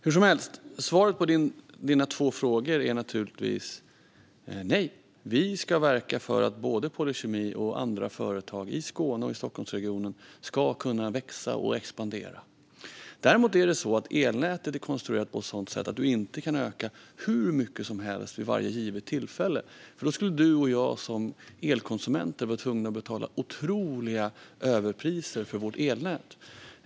Hur som helst är svaret på dina två frågor naturligtvis: Nej, vi ska verka för att både Polykemi och andra företag i Skåne och i Stockholmsregionen ska kunna växa och expandera. Däremot är elnätet konstruerat på ett sådant sätt att man inte kan öka hur mycket som helst vid varje givet tillfälle, för då skulle du och jag som elkonsumenter vara tvungna att betala otroliga överpriser för vårt elnät.